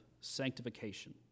sanctification